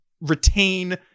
retain